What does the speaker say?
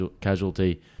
casualty